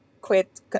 quit